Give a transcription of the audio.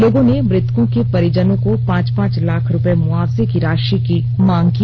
लोगों ने मृतकों के परिजनों को पांच पांच लाख रुपये मुआवजे की राशि की मांग की